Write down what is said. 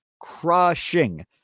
crushing